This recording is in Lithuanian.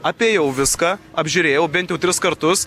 apėjau viską apžiūrėjau bent jau tris kartus